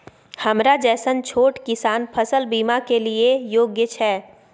हमरा जैसन छोट किसान फसल बीमा के लिए योग्य छै?